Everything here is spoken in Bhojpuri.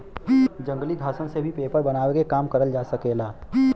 जंगली घासन से भी पेपर बनावे के काम करल जा सकेला